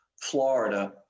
Florida